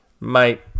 Mate